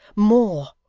more.